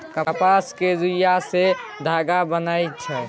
कपास केर रूइया सँ धागा बनइ छै